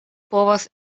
povas